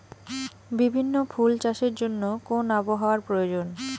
বিভিন্ন ফুল চাষের জন্য কোন আবহাওয়ার প্রয়োজন?